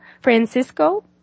Francisco